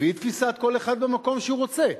לפי תפיסת כל אחד במקום שהוא רוצה,